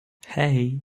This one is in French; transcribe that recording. hey